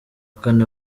kane